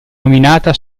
nominata